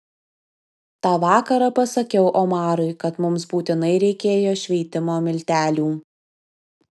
tą vakarą pasakiau omarui kad mums būtinai reikėjo šveitimo miltelių